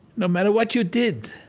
no matter what you did,